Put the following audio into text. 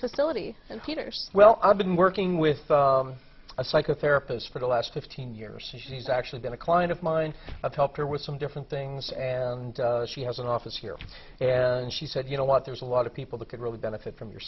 facility and peter's well i've been working with a psychotherapist for the last fifteen years she's actually been a client of mine of help her with some different things and she has an office here and she said you know what there's a lot of people that could really benefit from your